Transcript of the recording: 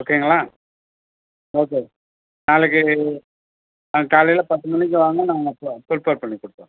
ஓகேங்களா ஓகே நாளைக்கு நாளைக்கி காலையில் பத்து மணிக்கு வாங்க நான் உங்களுக்கு பிரிப்பேர் பண்ணி கொடுத்துறோம்